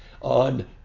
on